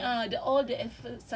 apa it's the starting of the